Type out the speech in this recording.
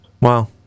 Wow